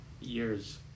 years